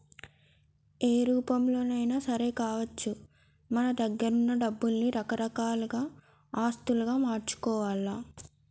ఏ రూపంలోనైనా సరే కావచ్చు మన దగ్గరున్న డబ్బుల్ని రకరకాల ఆస్తులుగా మార్చుకోవాల్ల